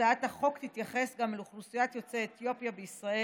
הצעת החוק תתייחס גם לאוכלוסיית יוצאי אתיופיה בישראל,